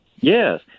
Yes